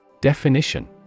Definition